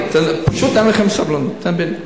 פשוט אין לכם סבלנות, תאמין לי.